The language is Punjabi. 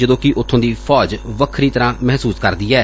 ਜਦੋਂ ਕਿ ਉਥੋਂ ਦੀ ਫੌਜ ਵੱਖਰੀ ਤਰੂਾਂ ਮਹਿਸੁਸ ਕਰਦੀ ਐ